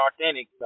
authentic